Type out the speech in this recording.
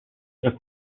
tra